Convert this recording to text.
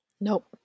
Nope